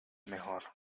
mejor